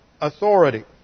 authority